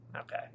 Okay